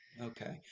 okay